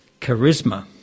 charisma